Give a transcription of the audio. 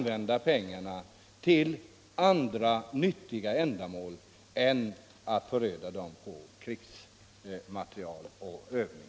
Pengarna skall användas till andra nyttiga ändamål och får inte förödas på krigsmateriel och övningar.